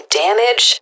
damage